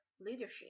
leadership